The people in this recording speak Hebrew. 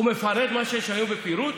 הוא מפרט מה שיש היום בפירוט?